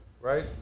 right